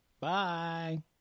Bye